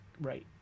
right